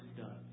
done